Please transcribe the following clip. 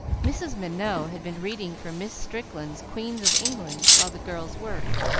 mrs. minot had been reading from miss strickland's queens of england while the girls worked,